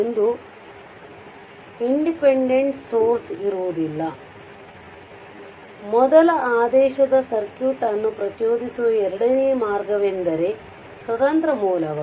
ಇದು independent source ಇರುವುದಿಲ್ಲ ಮೊದಲ ಆದೇಶದ ಸರ್ಕ್ಯೂಟ್ ಅನ್ನು ಪ್ರಚೋದಿಸುವ ಎರಡನೇ ಮಾರ್ಗವೆಂದರೆ ಸ್ವತಂತ್ರ ಮೂಲಗಳು